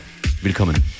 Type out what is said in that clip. Willkommen